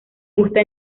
gusta